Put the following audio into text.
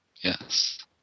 Yes